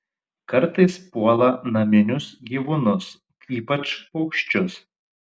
kartais puola naminius gyvūnus ypač paukščius